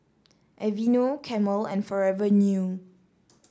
Aveeno Camel and Forever New